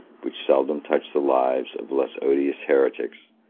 which seldom touched the lives of less odious heretics,